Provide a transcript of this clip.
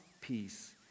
peace